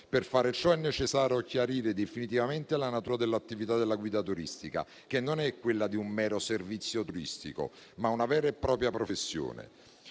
Per fare ciò è necessario chiarire definitivamente la natura dell'attività della guida turistica, che non è quella di un mero servizio turistico, ma una vera e propria professione.